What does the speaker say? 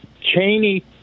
Cheney